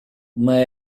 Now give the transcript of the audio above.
uma